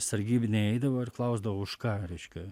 sargybiniai eidavo ir klausdavo už ką reiškia